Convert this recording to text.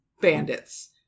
bandits